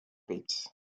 pits